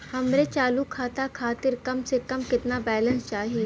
हमरे चालू खाता खातिर कम से कम केतना बैलैंस चाही?